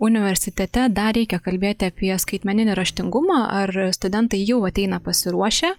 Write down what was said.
universitete dar reikia kalbėti apie skaitmeninį raštingumą ar studentai jau ateina pasiruošę